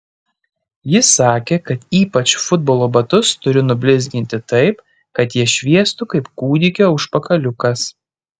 jis sakė kad ypač futbolo batus turiu nublizginti taip kad jie šviestų kaip kūdikio užpakaliukas